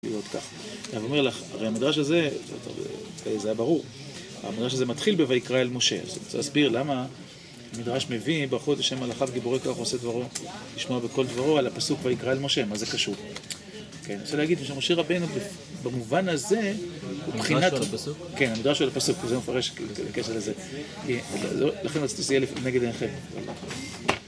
להיות כך. ואומר לך, הרי המדרש הזה, זה היה ברור, המדרש הזה מתחיל ב"ויקרא אל משה", אז להסביר למה המדרש מביא, "ברכו את השם מלאכיו וגיבורי כוח עושי דברו לשמוע בכל דברו" על הפסוק "ויקרא אל משה", מה זה קשור? כן, אני רוצה להגיד, שמשה רבנו במובן הזה, מבחינת... -המדרש הוא על הפסוק? -כן, המדרש הוא על הפסוק, בגלל זה הוא מפרש כאילו, בקשר לזה. לכן רציתי לסייע נגד עינכם